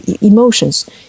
emotions